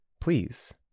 Please